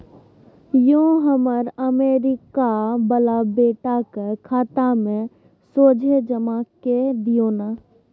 यौ हमर अमरीका बला बेटाक खाता मे सोझे जमा कए दियौ न